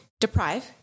deprive